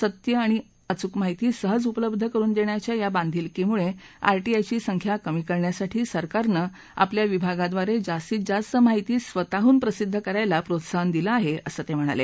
सत्य आणि अचूक माहिती सहज उपलब्ध करुन देण्याच्या या बांधिलकीमुळे आरटीआयची संख्या कमी करण्यासाठी सरकारनं आपल्या विभागाद्वारे जास्तीत जास्त माहिती स्वतःहून प्रसिद्ध करायला प्रोत्साहन दिलं आहे असं ते म्हणाले